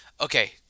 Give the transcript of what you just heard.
okay